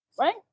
right